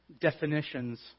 definitions